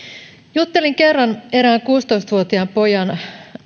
juttelin kerran erään kuusitoista vuotiaan pojan